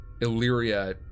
Illyria